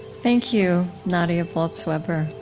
thank you, nadia bolz-weber.